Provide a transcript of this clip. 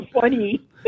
funny